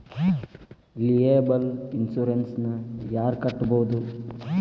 Liable insurance ನ ಯಾರ್ ಕಟ್ಬೊದು?